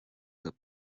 the